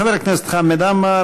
חבר הכנסת חמד עמאר.